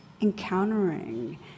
encountering